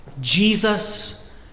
Jesus